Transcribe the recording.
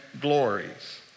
glories